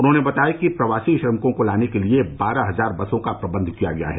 उन्होंने बताया कि प्रवासी श्रमिकों को लाने के लिये बारह हजार बसों का प्रबन्ध किया गया है